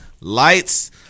lights